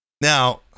Now